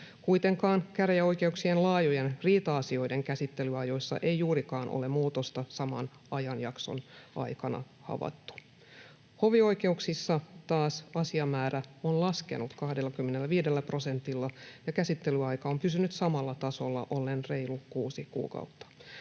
Kuitenkaan käräjäoikeuksien laajojen riita-asioiden käsittelyajoissa ei juurikaan ole muutosta saman ajanjakson aikana havaittu. Hovioikeuksissa taas asiamäärä on laskenut 25 prosentilla ja käsittelyaika on pysynyt samalla tasolla ollen reilut 6 kuukautta.